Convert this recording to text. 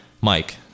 Mike